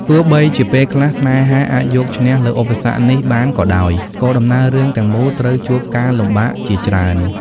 ទោះបីជាពេលខ្លះស្នេហាអាចយកឈ្នះលើឧបសគ្គនេះបានក៏ដោយ ក៏ដំណើររឿងទាំងមូលត្រូវជួបការលំបាកជាច្រើន។